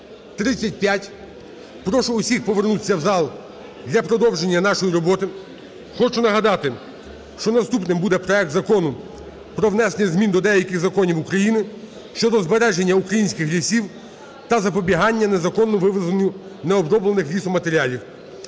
12:35 прошу всіх повернутися в зал для продовження нашої роботи. Хочу нагадати, що наступним буде проект Закону про внесення змін до деяких законів України щодо збереження українських лісів та запобігання незаконному вивезенню необроблених лісоматеріалів.